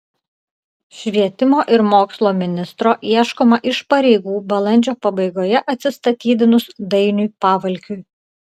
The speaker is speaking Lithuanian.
švietimo ir mokslo ministro ieškoma iš pareigų balandžio pabaigoje atsistatydinus dainiui pavalkiui